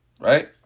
Right